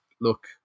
look